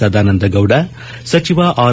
ಸದಾನಂದ ಗೌದ ಸಚಿವ ಆರ್